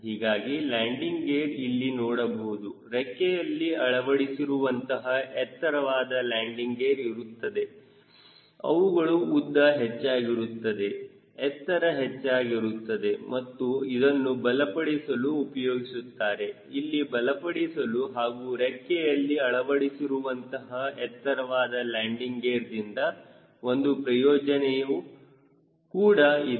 ಹೀಗಾಗಿ landing gear ಇಲ್ಲಿ ನೋಡಬಹುದು ರೆಕ್ಕೆಯಲ್ಲಿ ಅಳವಡಿಸಿರುವಂತಹ ಎತ್ತರವಾದ ಲ್ಯಾಂಡಿಂಗ್ ಗೇರ್ ಇರುತ್ತವೆ ಅವುಗಳ ಉದ್ದ ಹೆಚ್ಚಾಗಿರುತ್ತದೆ ಎತ್ತರ ಹೆಚ್ಚಾಗಿರುತ್ತದೆ ಮತ್ತು ಇದನ್ನು ಬಲಪಡಿಸಲು ಉಪಯೋಗಿಸುತ್ತಾರೆ ಇಲ್ಲಿ ಬಲಪಡಿಸಲು ಹಾಗೂ ರೆಕ್ಕೆಯಲ್ಲಿ ಅಳವಡಿಸಿರುವಂತಹ ಎತ್ತರವಾದ ಲ್ಯಾಂಡಿಂಗ್ ಗೇರ್ದಿಂದ ಒಂದು ಪ್ರಯೋಜನೆಯ ಕೂಡ ಇದೆ